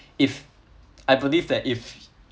if I believe that if